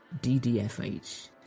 DDFH